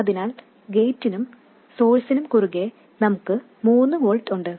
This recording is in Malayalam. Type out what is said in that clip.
അതിനാൽ ഗേറ്റിനും സോഴ്സിനും കുറുകെ നമുക്ക് മൂന്ന് വോൾട്ട് ഉണ്ട്